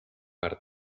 per